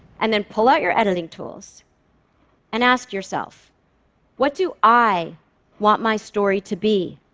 and then pull out your editing tools and ask yourself what do i want my story to be?